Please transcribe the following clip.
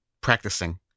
practicing